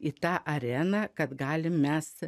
į tą areną kad galim mes